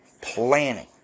Planning